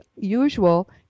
usual